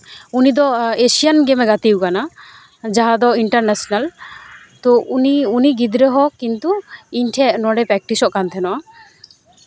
ᱩᱱᱤᱫᱚ ᱮᱥᱤᱭᱟᱱ ᱜᱮᱢᱮ ᱜᱟᱛᱮᱣ ᱠᱟᱱᱟ ᱡᱟᱦᱟᱸ ᱫᱚ ᱤᱱᱴᱟᱨᱱᱮᱥᱮᱱᱮᱞ ᱛᱚ ᱩᱱᱤ ᱩᱱᱤ ᱜᱤᱫᱽᱨᱟᱹ ᱦᱚᱸ ᱠᱤᱱᱛᱩ ᱤᱧ ᱴᱷᱮᱡ ᱱᱚᱰᱮ ᱯᱨᱮᱠᱤᱥᱚᱜ ᱠᱟᱱ ᱛᱟᱦᱮᱱᱟ